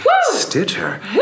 Stitcher